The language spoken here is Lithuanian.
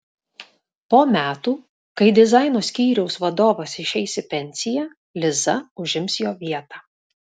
po metų kai dizaino skyriaus vadovas išeis į pensiją liza užims jo vietą